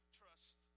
trust